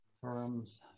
firms